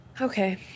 Okay